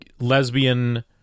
lesbian